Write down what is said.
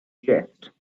zest